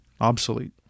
obsolete